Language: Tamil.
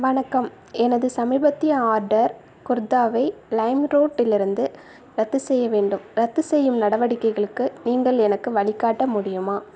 வணக்கம் எனது சமீபத்திய ஆர்டர் குர்தாவை லைம்ரோடிலிருந்து ரத்து செய்ய வேண்டும் ரத்து செய்யும் நடவடிக்கைகளுக்கு நீங்கள் எனக்கு வழிகாட்ட முடியுமா